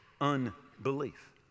unbelief